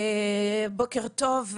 בוקר טוב,